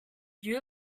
you